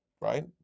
right